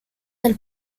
del